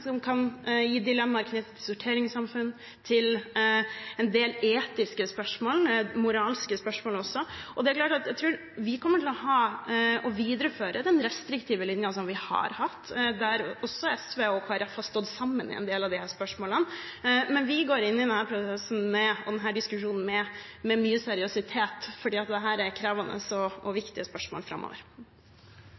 siden kan gi dilemmaer knyttet til sorteringssamfunn og en del etiske og moralske spørsmål. Jeg tror vi kommer til å ha og videreføre den restriktive linjen vi har hatt, der SV og Kristelig Folkeparti har stått sammen i en del av disse spørsmålene. Vi går inn i denne prosessen og diskusjonen med mye seriøsitet, for dette er krevende og